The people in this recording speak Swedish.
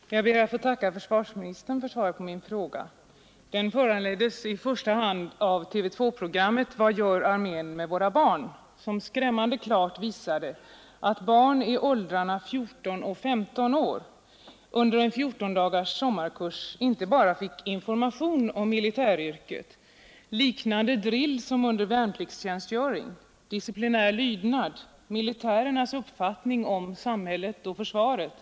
Herr talman! Jag ber att få tacka försvarsministern för svaret på min fråga. Den föranleddes i första hand av TV 2-programmet ”Vad gör armén med våra barn” som skrämmande klart visade att barn i åldrarna 14 och 15 år under en fjorton dagars sommarkurs inte bara fick information om militäryrket, liknande drill som under en värnpliktstjänstgöring, övningar i disciplinär lydnad samt information om militärernas uppfattning om samhället och försvaret.